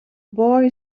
boy